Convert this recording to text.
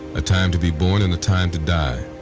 a time to be born and a time to die,